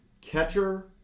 catcher